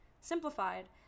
Simplified